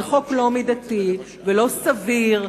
זה חוק לא מידתי ולא סביר,